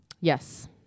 Yes